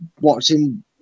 Watching